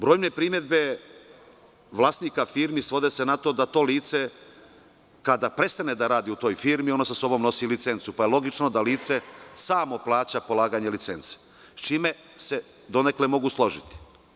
Brojne primedbe vlasnika firmi svode se na to da to lice kada prestane da radi u toj firmi, ono sa sobom nosi licencu, pa je logično da lice samo plaća polaganje licence, sa čime se donekle mogu složiti.